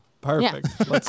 Perfect